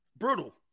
brutal